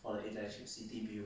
while the international city view